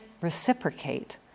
reciprocate